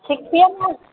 सिखिऔ ने